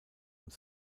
und